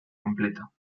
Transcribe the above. completo